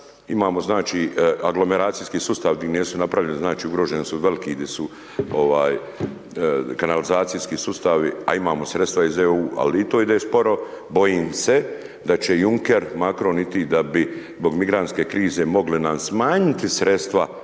imamo znači aglomeracijski sustav gdje su veliki kanalizacijski sustavi a imamo sredstva iz EU-a ali i to ide sporo, bojim se da će Juncker, Macron i ti da bi zbog migrantske krize mogli nam smanjiti sredstva,